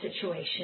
situation